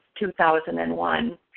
2001